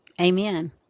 Amen